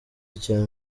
icya